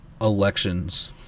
elections